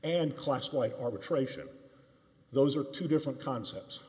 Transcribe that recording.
and class quite arbitration those are two different concepts